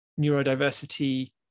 neurodiversity